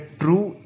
true